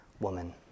woman